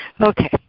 Okay